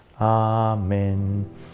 Amen